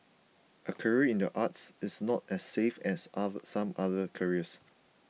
a career in the arts is not as safe as other some other careers